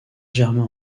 germain